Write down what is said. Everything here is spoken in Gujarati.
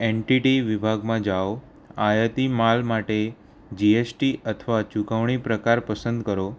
એન્ટિટી વિભાગમાં જાઓ આયાતી માલ માટે જીએસટી અથવા ચુકવણી પ્રકાર પસંદ કરો